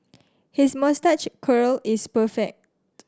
his moustache curl is perfect